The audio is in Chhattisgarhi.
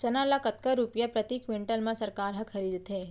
चना ल कतका रुपिया प्रति क्विंटल म सरकार ह खरीदथे?